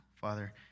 Father